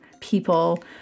people